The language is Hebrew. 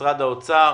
ממשרד האוצר